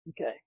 Okay